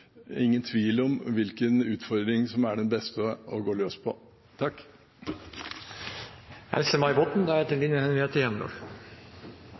ingen tvil om hvilken utfordring som er den beste å gå løs på.